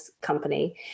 company